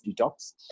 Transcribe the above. detox